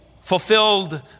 fulfilled